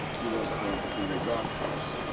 he was um in the guardhouse,